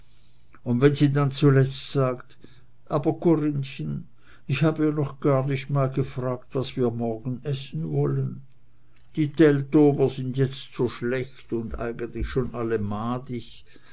und wenn sie dann zuletzt sagt aber corinnchen ich habe ja noch gar nicht mal gefragt was wir morgen essen wollen die teltower sind jetzt so schlecht und eigentlich alle schon